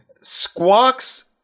squawks